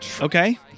Okay